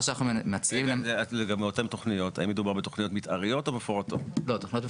או אם העיכובים הם מצד --- או אם התוכנית מאוד מאוד